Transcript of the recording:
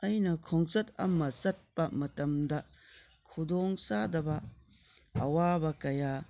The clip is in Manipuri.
ꯑꯩꯅ ꯈꯣꯡꯆꯠ ꯑꯃ ꯆꯠꯄ ꯃꯇꯝꯗ ꯈꯨꯗꯣꯡꯆꯥꯗꯕ ꯑꯋꯥꯕ ꯀꯌꯥ